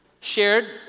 shared